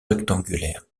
rectangulaire